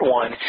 one